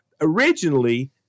Originally